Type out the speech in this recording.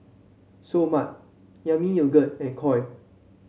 Seoul Mart Yami Yogurt and Koi